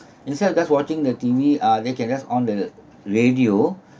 instead of just watching the T_V uh they can just on the radio